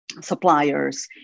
suppliers